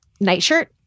nightshirt